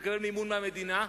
שמקבל מימון מהמדינה,